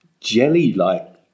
jelly-like